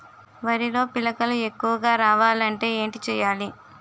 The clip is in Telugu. వరిలో పిలకలు ఎక్కువుగా రావాలి అంటే ఏంటి చేయాలి?